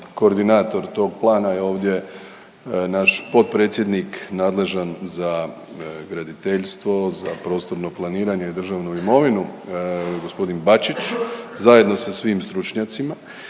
Koordinator tog plana je ovdje naš potpredsjednik nadležan za graditeljstvo, za prostorno planiranje i državnu imovinu g. Bačić zajedno sa svim stručnjacima